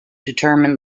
determine